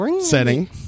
setting